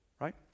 Right